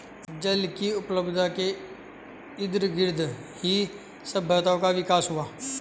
जल की उपलब्धता के इर्दगिर्द ही सभ्यताओं का विकास हुआ